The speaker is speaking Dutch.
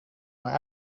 maar